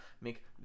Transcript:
make